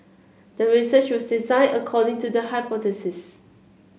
the research was designed according to the hypothesis